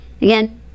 Again